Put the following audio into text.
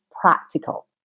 practical